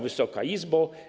Wysoka Izbo!